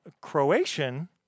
Croatian